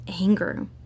anger